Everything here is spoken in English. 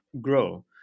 grow